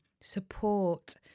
support